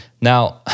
Now